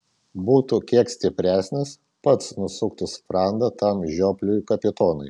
būtų kiek stipresnis pats nusuktų sprandą tam žiopliui kapitonui